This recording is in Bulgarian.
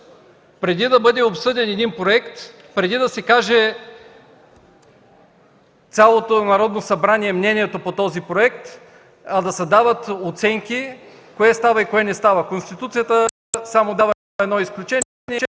преди да бъде обсъден един проект, преди да си каже цялото Народно събрание мнението по него, а не да се дават оценки кое става и кое не става. Конституцията дава едно изключение